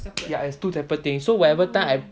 ya it's two separate things so whenever time I